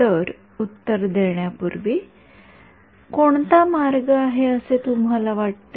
तर उत्तर देण्यापूर्वी कोणता मार्ग आहे असे तुम्हाला वाटते